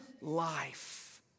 life